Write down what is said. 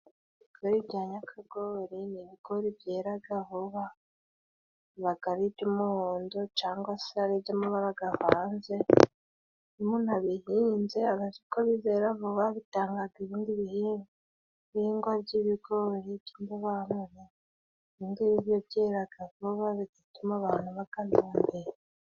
Ibigori bya nyakagori ni ibigori byeraga vuba, bibaga ari iby'umuhondo cangwa se ari iby'amabara gavanze. Iyo umuntu abihinze abazi ko bizera vuba, bitangaga ibindi bihingwa by'ibigori by'indobanure. Ibingibi byo byeraga vuba bigatuma abantu baganura mbere.